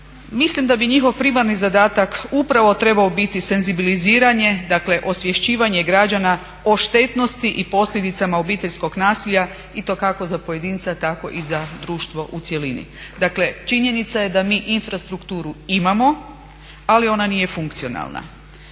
Mislim da bi njihov primarni zadatak upravo trebao biti senzibiliziranje dakle osvješćivanje građana o štetnosti i posljedicama obiteljskog nasilja i to kako za pojedinca tako i za društvo u cjelini. Dakle činjenica je da mi infrastrukturu imamo, ali ona nije funkcionalna.